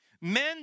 Men